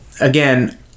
again